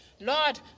Lord